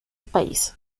país